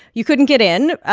you couldn't get in,